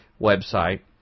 website